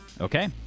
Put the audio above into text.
Okay